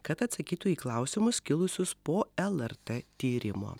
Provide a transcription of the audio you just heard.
kad atsakytų į klausimus kilusius po lrt tyrimo